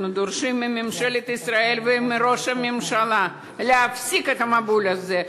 אנחנו דורשים מממשלת ישראל ומראש הממשלה להפסיק את המבול הזה,